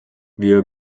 wir